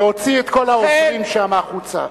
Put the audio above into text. להוציא את כל העוזרים החוצה.